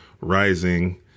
rising